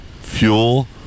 Fuel